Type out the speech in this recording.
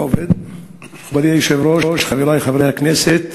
מכובדי היושב-ראש, חברי חברי הכנסת,